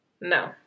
no